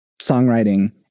songwriting